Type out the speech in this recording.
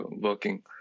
working